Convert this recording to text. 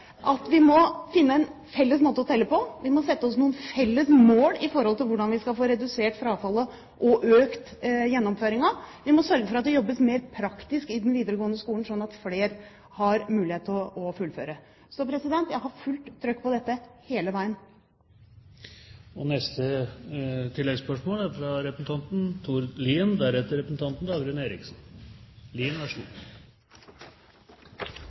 at vi må finne en felles måte å telle på. Vi må sette oss noen felles mål for hvordan vi skal få redusert frafallet og økt gjennomføringen. Vi må sørge for at det jobbes mer praktisk i den videregående skolen, slik at flere har mulighet til å fullføre. Så jeg har fullt trykk på dette hele veien! La meg si at jeg synes at «Realfag for framtida» er